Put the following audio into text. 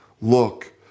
Look